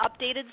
updated